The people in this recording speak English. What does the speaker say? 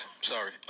Sorry